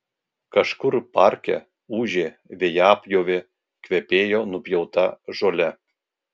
kažkur parke ūžė vejapjovė kvepėjo nupjauta žole